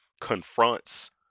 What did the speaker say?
confronts